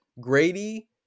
Grady